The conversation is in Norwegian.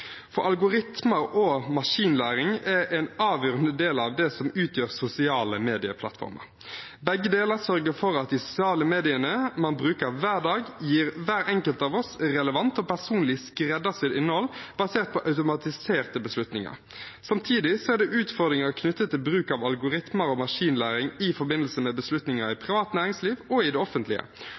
Algoritmer og maskinlæring er en avgjørende del av det som utgjør sosiale medieplattformer. Begge deler sørger for at de sosiale mediene man bruker hver dag, gir hver enkelt av oss relevant og personlig skreddersydd innhold basert på automatiserte beslutninger. Samtidig er det utfordringer knyttet til bruk av algoritmer og maskinlæring i forbindelse med beslutninger i privat næringsliv og i det offentlige.